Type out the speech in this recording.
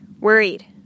worried